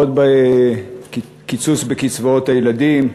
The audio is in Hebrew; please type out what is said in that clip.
קיצוץ בקצבאות הילדים,